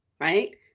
Right